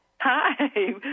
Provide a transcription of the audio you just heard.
Hi